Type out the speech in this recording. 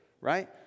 right